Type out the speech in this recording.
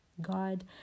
God